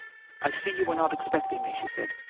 i see you were not expecting me, she said.